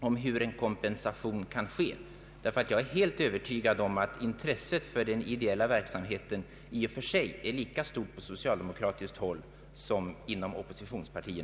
om hur en kompensation skall kunna ske. Jag är nämligen övertygad om att intresset för den ideella verksamheten i och för sig är lika stort på socialdemokratiskt håll som inom oppositionspartierna.